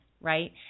right